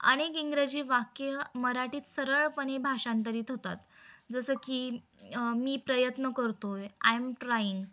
अनेक इंग्रजी वाक्य मराठीत सरळपणे भाषांतरित होतात जसं की मी प्रयत्न करतो आहे आयम ट्राईंग